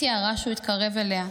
עמית תיארה שהוא התקרב אליה,